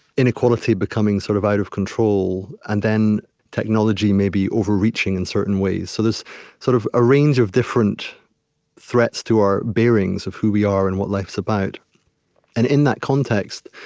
inequality becoming sort of out of control, and then technology maybe overreaching in certain ways so there's sort of a range of different threats to our bearings of who we are and what life's about and in that context,